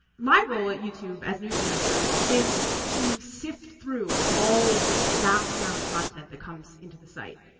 my role at youtube as news manager is to sift through all of this vast amount of content that comes into the site.